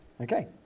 Okay